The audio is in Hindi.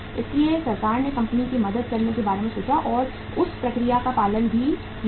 इसलिए सरकार ने कंपनी की मदद करने के बारे में सोचा और उस प्रक्रिया का पालन भी किया गया